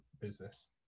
business